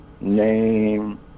name